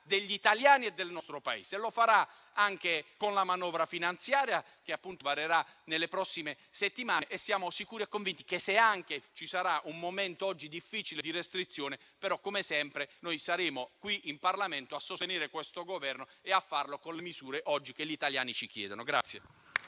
degli italiani e del nostro Paese. Lo farà anche con la legge di bilancio, che varerà nelle prossime settimane e siamo sicuri e convinti che, se anche ci sarà un momento difficile di restrizione, come sempre noi saremo qui in Parlamento a sostenerlo e con le misure che oggi gli italiani ci chiedono.